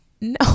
no